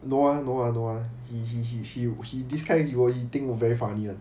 no ah no ah no ah he he he he this kind he will he think very funny [one]